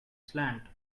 slant